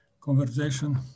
conversation